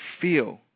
feel